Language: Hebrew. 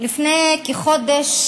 לפני כחודש